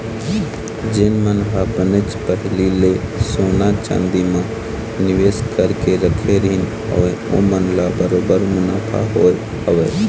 जेन मन ह बनेच पहिली ले ही सोना चांदी म निवेस करके रखे रहिन हवय ओमन ल बरोबर मुनाफा होय हवय